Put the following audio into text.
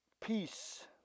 Peace